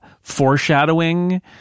foreshadowing